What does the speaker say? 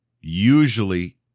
Usually